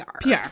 PR